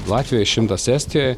latvijoj šimtas estijoj